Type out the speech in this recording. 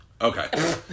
Okay